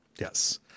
yes